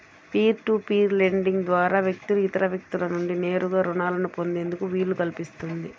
peer to peer lending ద్వారా వ్యక్తులు ఇతర వ్యక్తుల నుండి నేరుగా రుణాలను పొందేందుకు వీలు కల్పిస్తుంది